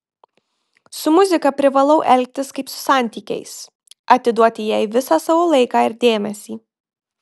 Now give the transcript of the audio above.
su muzika privalau elgtis kaip su santykiais atiduoti jai visą savo laiką ir dėmesį